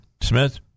Smith